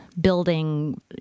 building